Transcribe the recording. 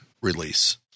release